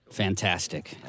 Fantastic